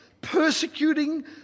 persecuting